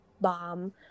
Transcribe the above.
bomb